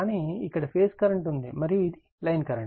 కానీ ఇక్కడ phase current ఉంది మరియు ఇది లైన్ కరెంట్